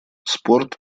спорт